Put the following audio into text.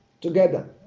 together